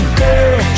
girl